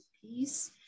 peace